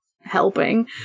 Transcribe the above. helping